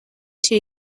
two